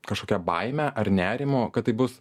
kažkokia baime ar nerimo kad tai bus